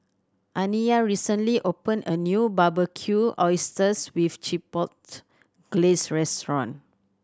Aniya recently opened a new Barbecued Oysters with Chipotle Glaze Restaurant